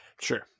Sure